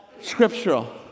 scriptural